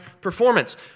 performance